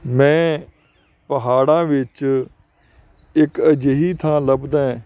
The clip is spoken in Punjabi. ਮੈਂ ਪਹਾੜਾ ਵਿੱਚ ਇੱਕ ਅਜਿਹੀ ਥਾਂ ਲੱਭਦਾ